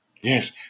Yes